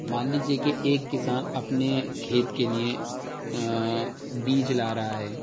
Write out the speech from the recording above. مان لیجیے کہ ایک کسان اپنے کھیت کے لیے بیج لا رہا ہے